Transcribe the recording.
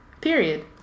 Period